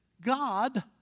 God